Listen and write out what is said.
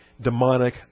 demonic